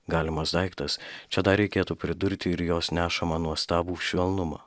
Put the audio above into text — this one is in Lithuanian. galimas daiktas čia dar reikėtų pridurti ir jos nešamą nuostabų švelnumą